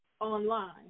online